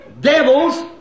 devils